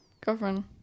girlfriend